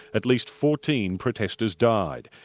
at least fourteen protesters died.